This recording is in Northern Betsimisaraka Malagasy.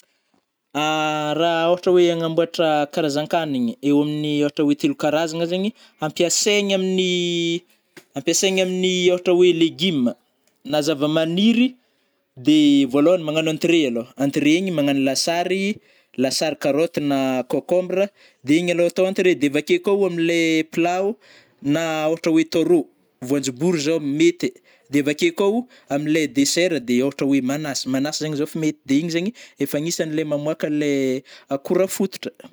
Rah ôhatra hoe agnamboatra karazan-kanigny eo aminy ôhatra hoe telo karazagna zegny hampiasaigna aminy-hampiasaigna aminy ôhatra oe légumes na zavamagniry de vôlohany magnano entrée alôha, entrée igny magnano lasary-lasary carottes na concombres de igny alôha atao entrée de avakeo koa amlay plat o na ôhatra hoe atô rô voanjobory zao mety, de avakeo koao amlay dessert de ôhatra oe manasy-magnasy zegny zao fa mety de izy zegny efa isany le mamoaka anle akora fototra.